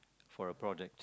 for a project